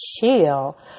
chill